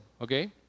okay